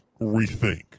rethink